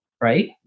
right